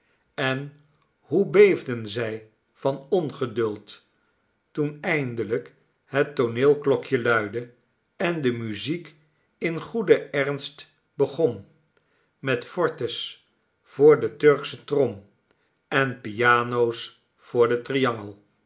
en hoe beefden zi van ongeduld toen eindelijk het tooneelklokje luidde en de muziek in goeden ernst begon met fortes voor de turksche trom en piano's voor de